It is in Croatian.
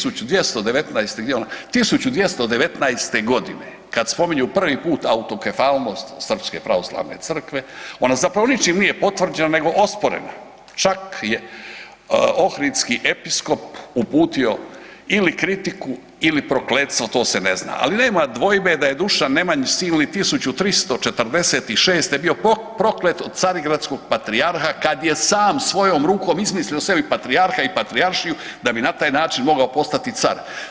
1219.g. kada spominju prvi put autokefalnost srpske pravoslavne crkve ona zapravo ničim nije potvrđena nego osporena, čak je ohridski episkop uputio ili kritiku ili prokletstvo to se ne zna, ali nema dvojbe da je Dušan Nemanjić Silni 1346. bio proklet od carigradskog patrijarha kad je sam svojom rukom izmislio sebi patrijarha i patrijaršiju da bi na taj način mogao postati car.